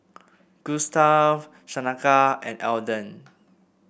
Gustav Shaneka and Elden